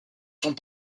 sont